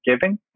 giving